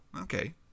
okay